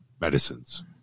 medicines